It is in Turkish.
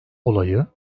olayı